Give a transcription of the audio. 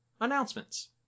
announcements